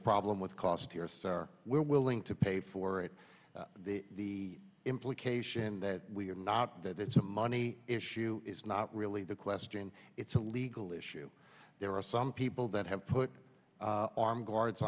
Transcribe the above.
problem with cost to us are we're willing to pay for it the implication that we are not that it's a money issue it's not really the question it's a legal issue there are some people that have put armed guards